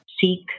Seek